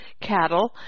cattle